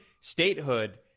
statehood